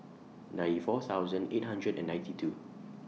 ninety four thousand eight hundred and ninety two